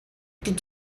did